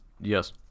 Yes